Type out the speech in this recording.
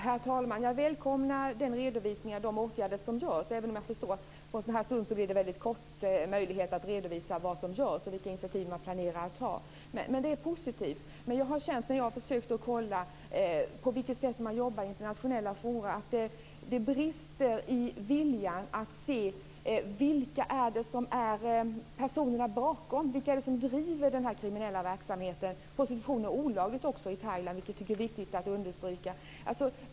Herr talman! Jag välkomnar redovisningarna och de åtgärder som vidtas, även om jag förstår att det blir liten möjlighet att på en sådan här kort stund redovisa vad som görs och vilka initiativ man planerar att ta. Detta är ändå positivt. Men när jag har försökt att kolla på vilket sätt man jobbar i internationella forum har jag känt att det brister i viljan att se vilka som är personerna bakom det hela - vilka det är som driver den kriminella verksamheten. Prostitution är ju olagligt också i Thailand, vilket jag tycker att det är viktigt att understryka.